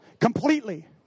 completely